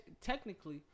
technically